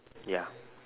ya